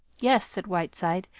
yes, said whiteside.